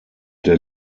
der